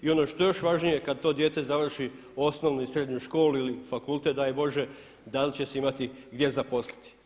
I ono što je još važnije kad to dijete završi osnovnu i srednju školu ili fakultet daj Bože da li će se imati gdje zaposliti.